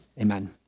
Amen